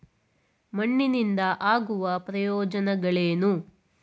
ಮಣ್ಣಿನಿಂದ ಆಗುವ ಪ್ರಯೋಜನಗಳೇನು?